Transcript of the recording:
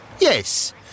Yes